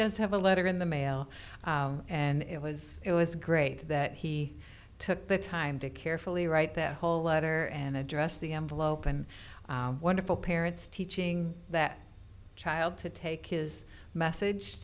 does have a letter in the mail and it was it was great that he took the time to carefully write that whole letter and address the envelope and wonderful parents teaching their child to take his message